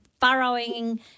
burrowing